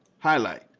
highlight,